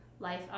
life